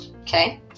Okay